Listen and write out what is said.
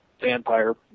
vampire